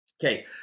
Okay